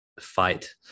fight